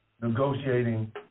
negotiating